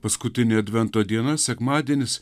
paskutinė advento diena sekmadienis